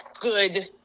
good